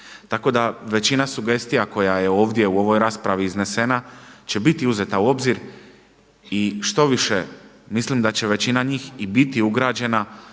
Tako da većina sugestija koja je ovdje u ovoj raspravi iznesena će biti uzeta u obzir i štoviše, mislim da će većina njih i biti ugrađena